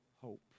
hope